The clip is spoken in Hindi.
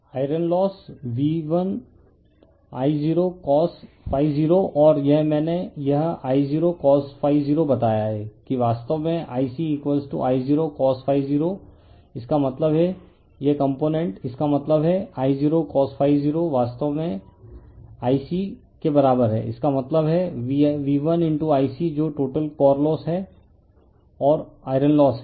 refer slide time 2538 iron loss V1I0cos0 और यह मैंने यह I0cos0 बताया हैं कि वास्तव में Ic I0cos0 इसका मतलब है यह कंपोनेंट इसका मतलब है I0cos0 वास्तव में Ic के बराबर है इसका मतलब है V1Ic जो टोटल कोर लोस है और आयरन लोस है